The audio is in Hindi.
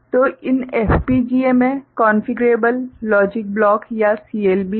तो इन FPGAs में कोन्फ़िगरेबल लॉजिक ब्लॉक या CLB हैं